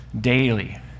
daily